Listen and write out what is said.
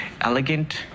Elegant